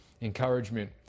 encouragement